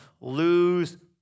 lose